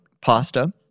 pasta